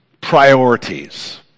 priorities